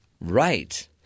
right